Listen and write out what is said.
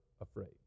afraid